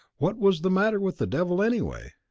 what was the matter with the devil, anyway?